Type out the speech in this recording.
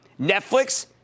Netflix